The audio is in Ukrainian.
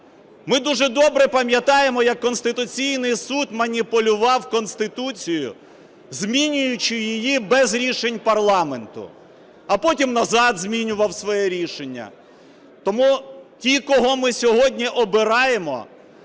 Ми дуже добре пам'ятаємо, як Конституційний Суд маніпулював Конституцією, змінюючи її без рішень парламенту, а потім назад змінював своє рішення. Тому ті, кого ми сьогодні обираємо,